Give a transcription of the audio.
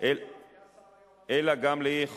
מי השר היום, אדוני?